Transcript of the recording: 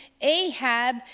Ahab